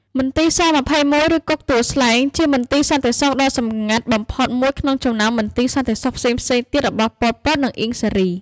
មន្ទីរ ស-២១ ឬគុកទួលស្លែង ជាមន្ទីរសន្តិសុខដ៏សម្ងាត់បំផុតមួយក្នុងចំណោមមន្ទីរសន្តិសុខផ្សេងៗទៀតរបស់ ប៉ុល ពត និង អៀង សារី។